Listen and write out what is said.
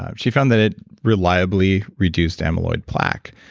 um she found that it reliably reduced amyloid plaque.